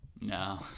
No